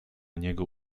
niego